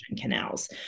canals